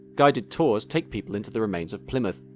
guided tours take people into the remains of plymouth,